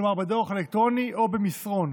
כלומר בדואר אלקטרוני או במסרון,